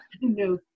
No